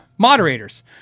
moderators